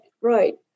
right